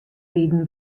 riden